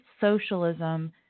socialism